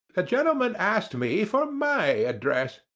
the gentleman asked me for my address,